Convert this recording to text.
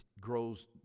grows